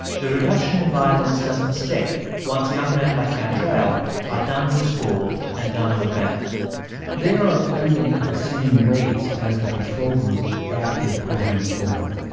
the reduction in violence doesn't stick once young men like cantrell are done with school and done with bam they are offending at the same rates as the control group after the program is over.